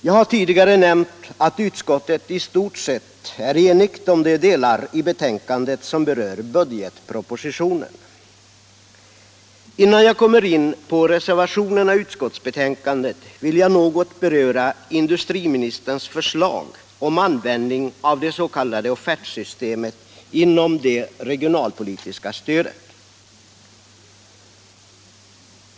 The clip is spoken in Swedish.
Jag har tidigare nämnt att utskottet i stort sett är enigt om de delar i betänkandet som berör budgetpropositionen. Innan jag kommer in på reservationerna i utskottsbetänkandet vill jag något beröra industriministerns förslag om användning av det s.k. offertsystemet inom ramen för det regionalpolitiska stödet.